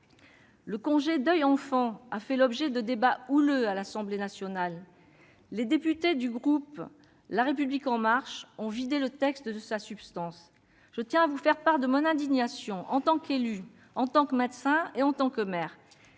le décès d'un enfant a fait l'objet de débats houleux à l'Assemblée nationale. Les députés du groupe La République En Marche ont vidé le texte de sa substance. Je tiens à vous faire part de mon indignation en tant qu'élue, en tant que médecin et en tant que mère.